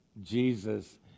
Jesus